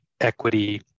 equity